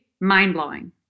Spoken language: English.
mind-blowing